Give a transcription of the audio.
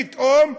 פתאום,